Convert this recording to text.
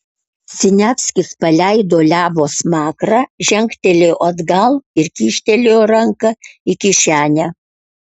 siniavskis paleido levo smakrą žengtelėjo atgal ir kyštelėjo ranką į kišenę